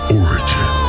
origin